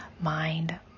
mind